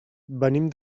venim